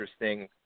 interesting